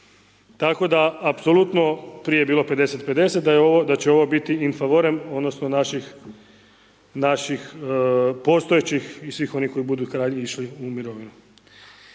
Tako da apsolutno prije je bilo 50 50 da će ovo biti in favorem odnosno naših postojećih i svih onih koji budu išli u mirovinu.